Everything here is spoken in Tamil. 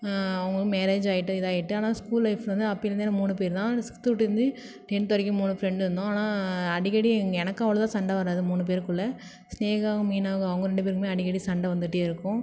அவங்கவுங்க மேரேஜ் ஆகிட்டு இதாகிட்டு ஆனால் ஸ்கூல் லைஃப்ல வந்து அப்போலேந்தே மூணு பேர்தான் ஆனால் சிக்ஸ்த்துலந்தே டென்த் வரைக்கும் மூணு ஃப்ரெண்டு இருந்தோம் ஆனால் அடிக்கடி எ எனக்கும் அவளோதா சண்டை வராது மூணு பேருக்குள்ளே ஸ்னேகாவும் மீனாவும் அவங்க ரெண்டு பேருக்குமே அடிக்கடி சண்டை வந்துகிட்டே இருக்கும்